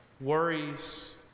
worries